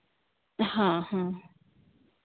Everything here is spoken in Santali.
ᱦᱚᱸ ᱦᱚᱸ